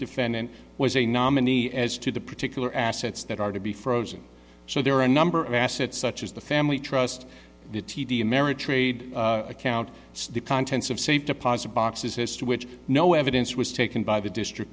defendant was a nominee as to the particular assets that are to be frozen so there are a number of assets such as the family trust to t d ameritrade account the contents of safe deposit boxes as to which no evidence was taken by the district